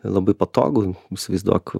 labai patogu įsivaizduok